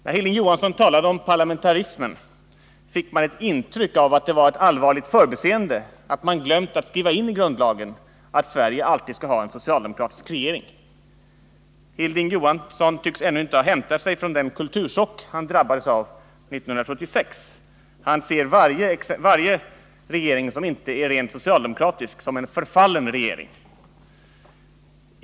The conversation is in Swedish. När Hilding Johansson talade om parlamentarismen, fick jag ett intryck av att det var ett allvarligt förbiseende att man glömt att skriva in i grundlagen att Sverige alltid skall ha en socialdemokratisk regering. Hilding Johansson tycks ännu inte ha hämtat sig från den kulturchock han drabbades av 1976. Han ser varje regering som inte är rent socialdemokratisk som en förfallen regering.